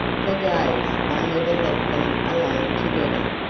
for days i never left them alone together.